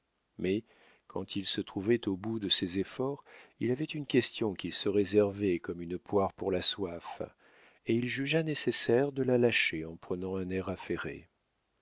mais quand il se trouvait au bout de ses efforts il avait une question qu'il se réservait comme une poire pour la soif et il jugea nécessaire de la lâcher en prenant un air